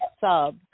sub